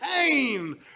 pain